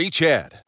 Chad